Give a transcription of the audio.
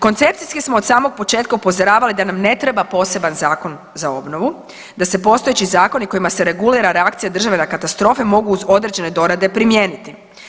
Koncepcijski smo od samog početka upozoravali da nam ne treba poseban Zakon za obnovu, da se postojeći zakoni kojima se regulira reakcija države na katastrofe mogu uz određene dorade primijeniti.